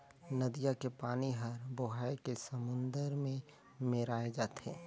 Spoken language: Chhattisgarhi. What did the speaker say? नदिया के पानी हर बोहाए के समुन्दर में मेराय जाथे